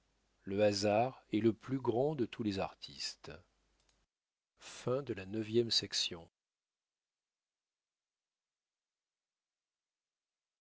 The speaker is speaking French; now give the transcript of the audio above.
le hasard est le plus grand de tous les artistes